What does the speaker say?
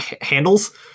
handles